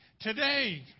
today